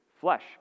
Flesh